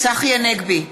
צחי הנגבי,